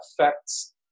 affects